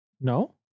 No